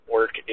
Work